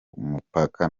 umupaka